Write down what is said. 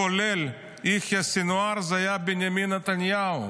כולל יחיא סנוואר, זה היה בנימין נתניהו.